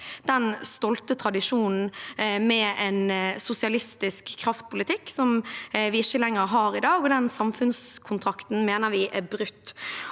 den stolte tradisjonen med en sosialistisk kraftpolitikk, som vi ikke lenger har i dag, og den samfunnskontrakten mener vi er brutt.